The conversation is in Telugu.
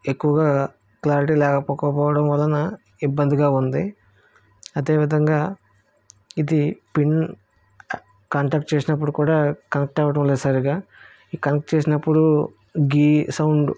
ఎక్కువగా క్లారిటీ లేకపోవడం వలన ఇబ్బందిగా ఉంది అదే విధంగా ఇది పిన్ కాంటాక్ట్ చేసినప్పుడు కూడా కనెక్ట్ అవ్వడం లేదు సరిగా ఈ కనెక్ట్ చేసినప్పుడు గీ సౌండ్